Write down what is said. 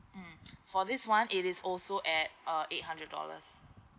mm for this one it is also at uh eight hundred dollars